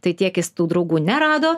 tai tiek jis tų draugų nerado